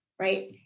Right